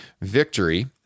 victory